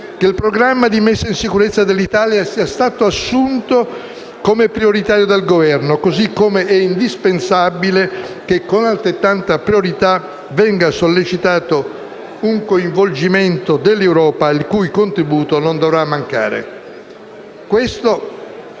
che il programma di messa in sicurezza dell'Italia sia stato assunto come prioritario dal Governo, così come è indispensabile che, con altrettanta priorità, venga sollecitato un coinvolgimento dell'Europa, il cui contributo non dovrà mancare. Questo